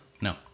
No